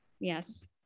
yes